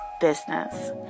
business